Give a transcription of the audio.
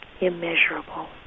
immeasurable